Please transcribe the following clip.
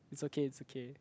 it's okay it's okay